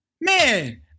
man—